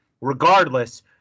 regardless